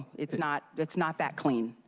it's not it's not that clean.